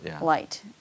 light